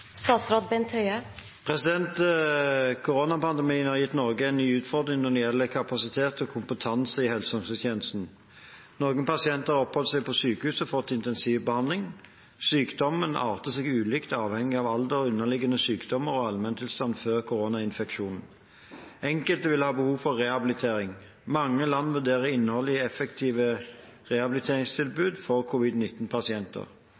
Koronapandemien har gitt Norge en ny utfordring når det gjelder kapasitet og kompetanse i helse- og omsorgstjenesten. Noen pasienter har oppholdt seg på sykehus og fått intensivbehandling. Sykdommen arter seg ulikt avhengig av alder, underliggende sykdommer og allmenntilstand før koronainfeksjonen. Enkelte vil ha behov for rehabilitering. Mange land vurderer innholdet i effektive